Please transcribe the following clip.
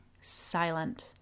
silent